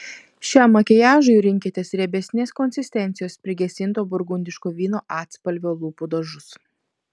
šiam makiažui rinkitės riebesnės konsistencijos prigesinto burgundiško vyno atspalvio lūpų dažus